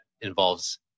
involves